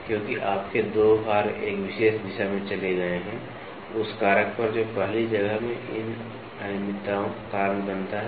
क्योंकि आपके 2 भार एक विशेष दिशा में चले गए हैं उस कारक पर जो पहली जगह में इन अनियमितताओं का कारण बनता है